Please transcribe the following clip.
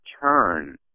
turn